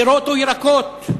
פירות וירקות,